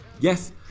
Yes